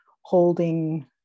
holding